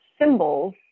symbols